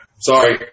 sorry